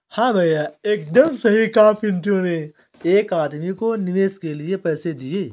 हां भैया एकदम सही कहा पिंटू ने एक आदमी को निवेश के लिए पैसे दिए